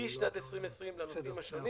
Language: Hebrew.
בשנת 2020 לנושאים השונים,